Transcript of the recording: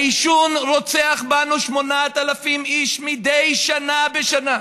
העישון רוצח בנו 8,000 איש מדי שנה בשנה.